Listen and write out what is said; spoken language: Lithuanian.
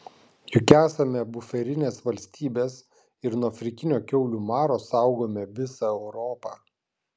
juk esame buferinės valstybės ir nuo afrikinio kiaulių maro saugome visą europą